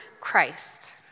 Christ